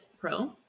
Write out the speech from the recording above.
Pro